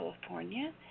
California